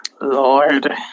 Lord